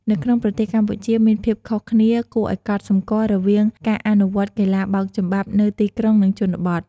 នៅក្នុងប្រទេសកម្ពុជាមានភាពខុសគ្នាគួរឲ្យកត់សម្គាល់រវាងការអនុវត្តន៍កីឡាបោកចំបាប់នៅទីក្រុង និងជនបទ។